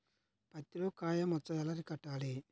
పత్తిలో కాయ మచ్చ ఎలా అరికట్టాలి?